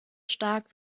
stark